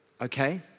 okay